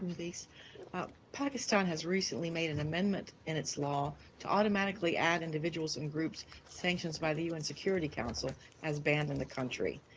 please. ah pakistan has recently made an amendment in its law to automatically add individuals and groups sanctioned by the un security council as banned in the country,